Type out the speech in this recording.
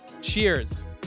Cheers